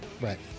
Right